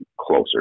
closer